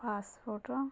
pass photo